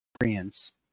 experience